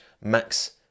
Max